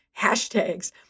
hashtags